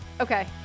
Okay